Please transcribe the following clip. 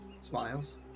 Smiles